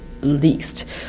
least